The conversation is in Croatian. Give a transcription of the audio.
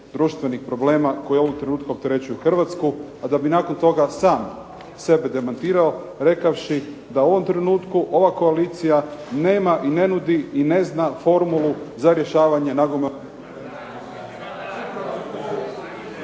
društvenih problema, koje ovog trenutka opterećuju Hrvatsku, a da bi nakon toga sam sebe demantirao rekavši da u ovom trenutku ova koalicija nema i ne nudi i ne zna formulu za rješavanje …/Govornik